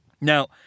Now